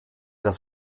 das